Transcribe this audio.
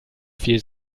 viel